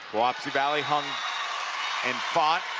wapsie valley hung and fought,